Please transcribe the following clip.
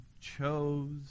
chose